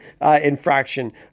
infraction